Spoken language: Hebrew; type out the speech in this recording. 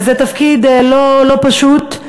וזה תפקיד לא פשוט.